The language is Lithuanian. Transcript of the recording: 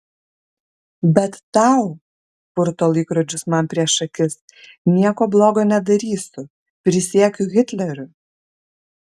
bet tau purto laikrodžius man prieš akis nieko blogo nedarysiu prisiekiu hitleriu